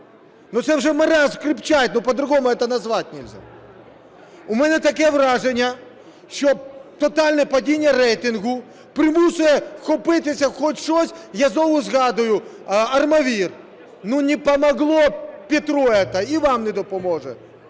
це вже маразм крепчает, ну, по-другому это назвать нельзя. У мене таке враження, що тотальне падіння рейтингу примушує вхопитися хоч за щось. Я знову згадую "АрМоВір". Ну, не помогло Петру это, і вам не допоможе.